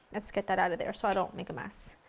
lets get that out of there so i don't make a mess.